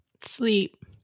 Sleep